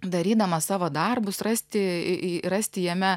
darydamas savo darbus rasti rasti jame